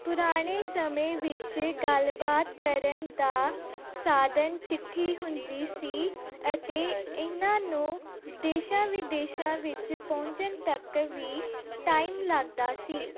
ਪੁਰਾਣੇ ਸਮੇਂ ਵਿੱਚ ਗੱਲਬਾਤ ਕਰਨ ਦਾ ਸਾਧਨ ਚਿੱਠੀ ਹੁੰਦੀ ਸੀ ਅਤੇ ਇਹਨਾਂ ਨੂੰ ਦੇਸ਼ਾਂ ਵਿਦੇਸ਼ਾਂ ਵਿੱਚ ਪਹੁੰਚਣ ਤੱਕ ਵੀ ਟਾਈਮ ਲੱਗਦਾ ਸੀ